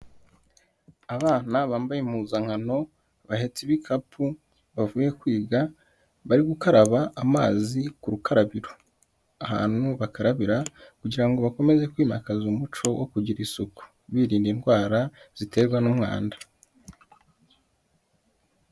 Abana bambaye impuzankano bahetse ibikapu bavuye kwiga, bari gukaraba amazi ku rukarabiro. Ahantu bakarabira kugira ngo bakomeze kwimakaza umuco wo kugira isuku, birinda indwara ziterwa n'umwanda.